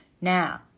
Now